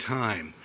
time